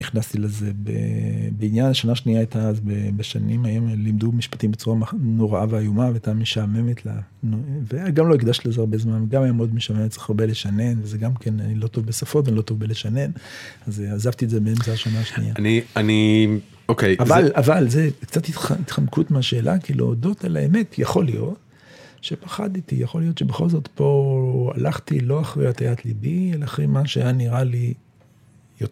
נכנסתי לזה בעניין, השנה השנייה הייתה אז, בשנים ההם לימדו משפטים בצורה נוראה ואיומה, והייתה משעממת, וגם לא הקדשתי לזה הרבה זמן, גם היום מאוד משעממת, צריך הרבה לשנן, וזה גם כן, אני לא טוב בשפות, אני לא טוב בלשנן, אז עזבתי את זה באמצע השנה השנייה. אני, אוקיי. אבל זה, קצת התחמקות מהשאלה, כי להודות על האמת, יכול להיות שפחדתי, יכול להיות שבכל זאת פה הלכתי לא אחרי הטיית ליבי, אלא אחרי מה שהיה נראה לי יותר...